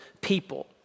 people